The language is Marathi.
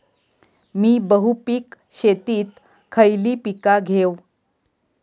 मी बहुपिक शेतीत खयली पीका घेव?